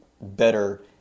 better